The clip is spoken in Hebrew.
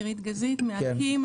אני מאקי"ם.